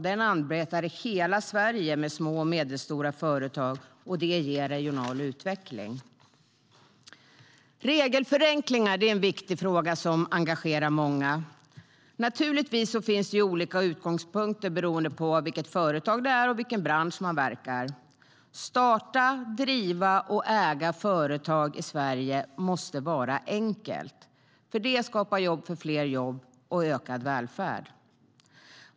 Man arbetar i hela Sverige med små och medelstora företag, och det ger regional utveckling. Regelförenklingar är en viktig fråga som engagerar många. Naturligtvis finns det olika utgångspunkter beroende på vilket företag det är och i vilken bransch man verkar. Att starta, driva och äga företag i Sverige måste vara enkelt, för det skapar förutsättningar för fler jobb och ökad välfärd.